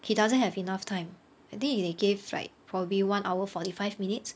he doesn't have enough time I think they gave like probably one hour forty five minutes